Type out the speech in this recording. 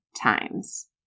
times